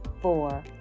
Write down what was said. four